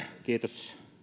kiitos